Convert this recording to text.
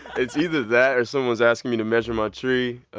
it's either that or someone was asking me to measure my tree.